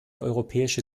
europäische